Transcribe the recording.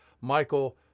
Michael